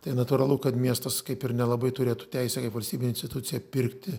tai natūralu kad miestas kaip ir nelabai turėtų teisę kaip valstybinė institucija pirkti